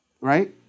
right